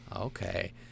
okay